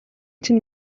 чинь